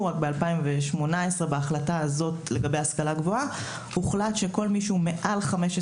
ב-2018 בהחלטה לגבי ההשכלה הגבוהה הוחלט שכל מי שהוא מעל 15